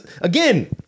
Again